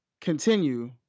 continue